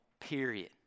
period